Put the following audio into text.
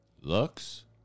Looks